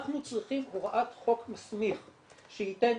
אנחנו צריכים הוראת חוק מסמיך שייתן,